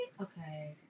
Okay